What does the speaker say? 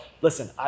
listen